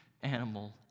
animal